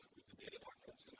with the data documents